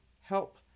help